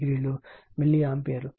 87o milli ampere